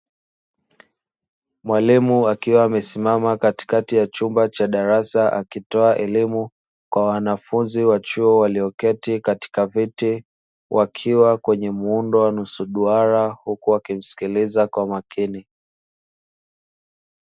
Mwalimu akiwa amesimama katikati ya chumba cha darasa, akitoa elimu kwa wanafunzi wa chuo walioketi katika viti, wakiwa kwenye muundo wa nusu duara huku wakimsikiliza kwa makini.